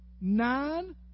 nine